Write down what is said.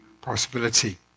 possibility